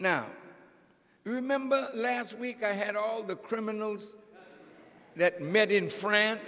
you remember last week i had all the criminals that met in france